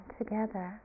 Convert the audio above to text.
together